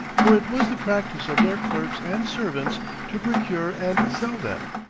for it was the practice of their clerks and servants to procure and sell them.